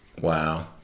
Wow